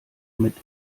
mit